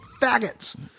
faggots